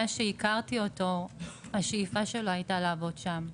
מאז שהכרתי אותו השאיפה שלו הייתה לעבוד שם,